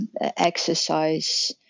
exercise